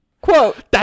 quote